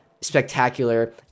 spectacular